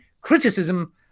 criticism